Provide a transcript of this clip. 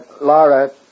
Laura